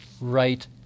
right